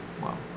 Wow